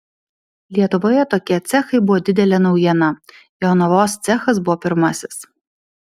lietuvoje tokie cechai buvo didelė naujiena jonavos cechas buvo pirmasis